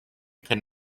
could